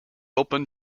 open